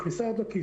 מכניסה יד לכיס,